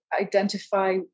identify